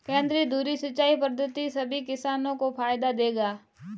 केंद्रीय धुरी सिंचाई पद्धति सभी किसानों को फायदा देगा